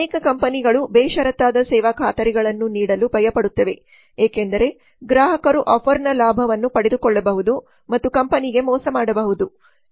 ಅನೇಕ ಕಂಪನಿಗಳು ಬೇಷರತ್ತಾದ ಸೇವಾ ಖಾತರಿಗಳನ್ನು ನೀಡಲು ಭಯಪಡುತ್ತವೆ ಏಕೆಂದರೆ ಗ್ರಾಹಕರು ಆಫರ್ನ ಲಾಭವನ್ನು ಪಡೆದುಕೊಳ್ಳಬಹುದು ಮತ್ತು ಕಂಪನಿಗೆ ಮೋಸ ಮಾಡಬಹುದು